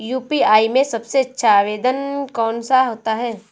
UPI में सबसे अच्छा आवेदन कौन सा होता है?